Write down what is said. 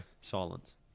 silence